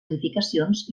edificacions